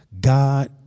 God